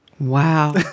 wow